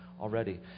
already